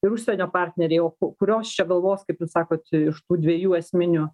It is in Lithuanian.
ir užsienio partneriai o kurios čia galvos kaip jūs sakot iš tų dviejų esminių